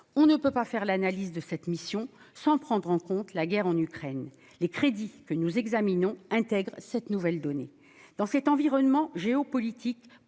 On ne peut pas faire l'analyse de cette mission sans prendre en compte la guerre en Ukraine. Les crédits que nous examinons intègrent cette nouvelle donnée. Dans cet environnement géopolitique